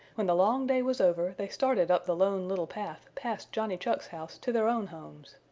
when the long day was over they started up the lone little path past johnny chuck's house to their own homes.